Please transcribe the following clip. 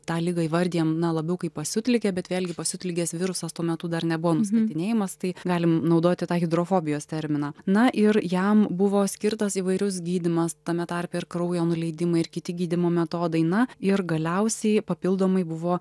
tą ligą įvardijam na labiau kaip pasiutligę bet vėlgi pasiutligės virusas tuo metu dar nebuvo nustatinėjamas tai galim naudoti tą hidrofobijos terminą na ir jam buvo skirtas įvairius gydymas tame tarpe ir kraujo nuleidimai ir kiti gydymo metodai na ir galiausiai papildomai buvo